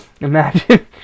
Imagine